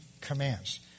commands